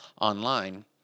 online